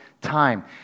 time